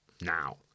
now